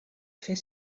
fer